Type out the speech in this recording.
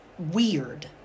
weird